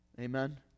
Amen